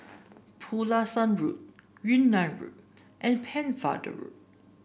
Pulasan Road Yunnan Road and Pennefather Road